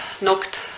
knocked